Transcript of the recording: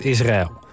Israël